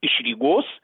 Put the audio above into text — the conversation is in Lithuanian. iš rygos